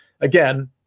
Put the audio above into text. Again